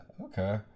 Okay